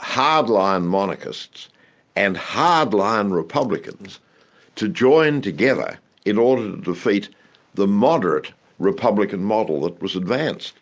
hardline monarchists and hardline republicans to join together in order to defeat the moderate republican model that was advanced.